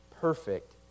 perfect